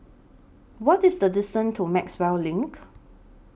What IS The distance to Maxwell LINK